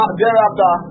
thereafter